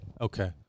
Okay